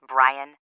Brian